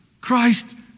Christ